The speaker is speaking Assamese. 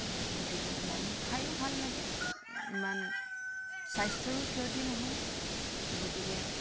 এই গতিকে মানুহ খায়ো ভাল লাগে ইমান স্বাস্থ্যৰো ক্ষতি নহয় গতিকে